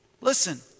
Listen